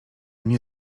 nie